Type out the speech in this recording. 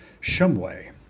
Shumway